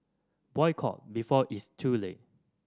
boycott before it's too late